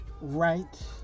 right